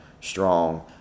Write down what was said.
strong